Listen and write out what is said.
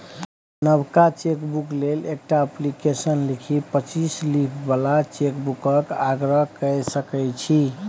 नबका चेकबुक लेल एकटा अप्लीकेशन लिखि पच्चीस लीफ बला चेकबुकक आग्रह कए सकै छी